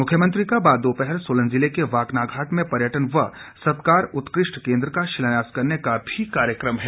मुख्यमंत्री का बाद दोपहर सोलन जिले के वाकनाघाट में पर्यटन व सत्कार उत्कृष्ट केंद्र का शिलान्यास करने का कार्यक्रम भी है